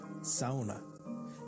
sauna